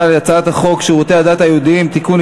על הצעת החוק שירותי הדת היהודיים (תיקון,